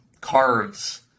cards